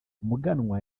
muganwa